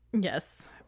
Yes